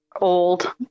old